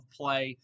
play